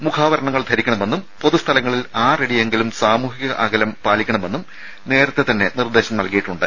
മുഖാവരണങ്ങൾ ധരിക്കണമെന്നും പൊതു സ്ഥലങ്ങളിൽ ആറടിയെങ്കിലും സാമൂഹിക അകലം പാലിക്കണമെന്നും നേരത്തെതന്നെ നിർദ്ദേശം നൽകിയിട്ടുണ്ട്